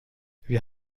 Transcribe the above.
wir